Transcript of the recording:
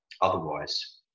otherwise